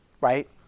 right